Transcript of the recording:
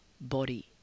body